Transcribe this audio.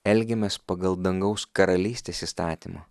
elgiamės pagal dangaus karalystės įstatymą